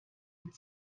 mit